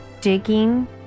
digging